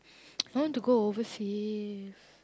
I want to go overseas